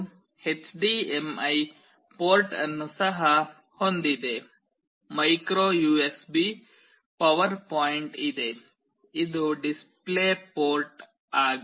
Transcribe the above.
ಇದು HDMI port ಅನ್ನು ಸಹ ಹೊಂದಿದೆ ಮೈಕ್ರೋ ಯುಎಸ್ಬಿ ಪವರ್ ಪಾಯಿಂಟ್ ಇದೆ ಇದು ಡಿಸ್ಪ್ಲೇ ಪೋರ್ಟ್ ಆಗಿದೆ